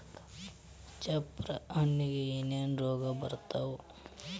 ಚಪ್ರ ಹಣ್ಣಿಗೆ ಏನೇನ್ ರೋಗ ಬರ್ತಾವ?